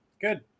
Good